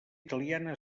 italiana